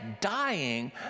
dying